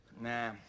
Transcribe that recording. Nah